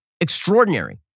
extraordinary